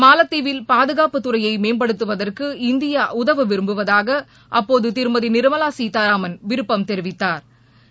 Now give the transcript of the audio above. மாலத்தீவில் பாதுகாப்பு துறையை மேம்படுத்துவதற்கு இந்தியா உதவ விரும்புவதாக அப்போது திருமதி நிர்மலா சீதாராமன் விருப்பம் தெரிவித்தாா்